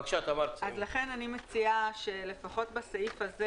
לכן, אני מציעה שלפחות בסעיף הזה